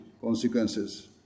consequences